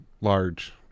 large